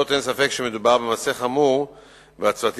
רצוני